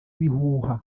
ibihuha